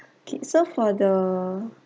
okay so for the